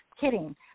kidding